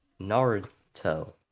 Naruto